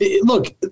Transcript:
look